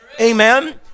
amen